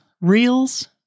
Reels